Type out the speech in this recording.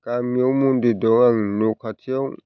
गामियाव मन्दिर दं आंनि न खाथियाव